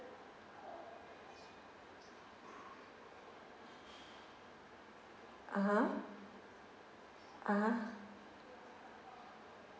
(uh huh) (uh huh)